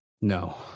No